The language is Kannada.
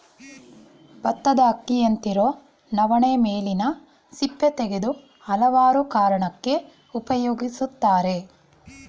ಬತ್ತದ ಅಕ್ಕಿಯಂತಿರೊ ನವಣೆ ಮೇಲಿನ ಸಿಪ್ಪೆ ತೆಗೆದು ಹಲವಾರು ಕಾರಣಕ್ಕೆ ಉಪಯೋಗಿಸ್ತರೆ